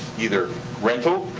either rental,